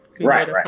Right